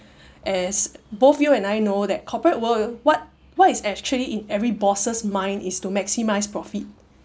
as both you and I know that corporate world what what is actually in every boss mind is to maximise profit